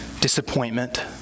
disappointment